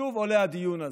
שוב עולה הדיון הזה,